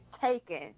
taken